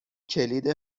کلید